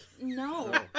No